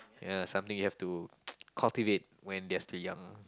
ya something you have to cultivate when they are still young